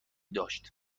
داشت